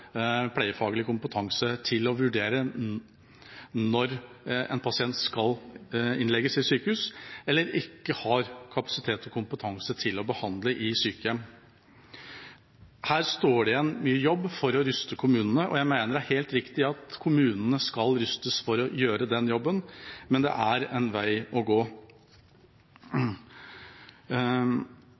kapasitet og kompetanse til å behandle i sykehjem. Her står det igjen mye jobb for å ruste kommunene. Jeg mener det er helt riktig at kommunene skal rustes for å gjøre den jobben, men det er en vei å gå.